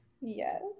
Yes